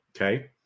okay